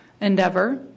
endeavor